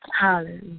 Hallelujah